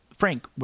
Frank